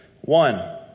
One